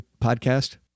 podcast